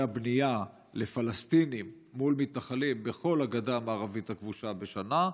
הבנייה לפלסטינים מול מתנחלים בכל הגדה המערבית הכבושה בשנה,